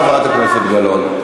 חברת הכנסת גלאון.